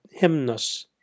Hymnus